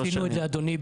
עשינו את זה אדוני,